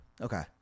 Okay